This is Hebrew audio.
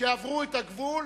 שעברו את הגבול,